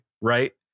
right